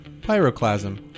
pyroclasm